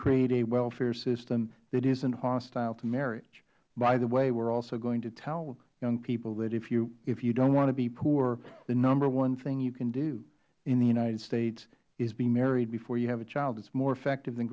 create a welfare system that isnt hostile to marriage by the way we are also going to tell young people that if you dont want to be poor the number one thing you can do in the united states is be married before you have a child it is more effective than